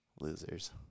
Losers